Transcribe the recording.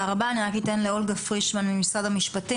אני אתן את זכות הדיבור קודם כל לתמי להציג בפנינו קצת את הצד המשפטי,